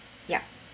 yup